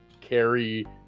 carry